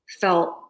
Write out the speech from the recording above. felt